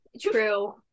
True